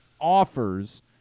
offers